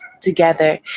together